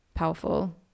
powerful